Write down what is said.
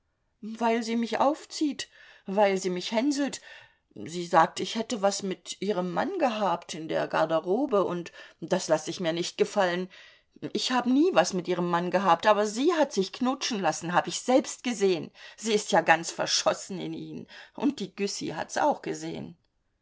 weil sie mich aufzieht weil sie mich hänselt sie sagt ich hätte was mit ihrem mann gehabt in der garderobe und das laß ich mir nicht gefallen ich hab nie was mit ihrem mann gehabt aber sie hat sich knutschen lassen hab ich selbst gesehen sie ist ja ganz verschossen in ihn und die güssy hat's auch gesehen